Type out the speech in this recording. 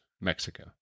Mexico